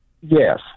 Yes